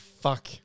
fuck